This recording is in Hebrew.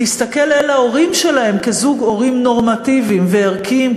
תסתכל על ההורים שלהם כזוג הורים נורמטיביים וערכיים,